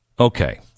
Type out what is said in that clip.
Okay